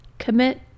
Commit